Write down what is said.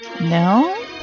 No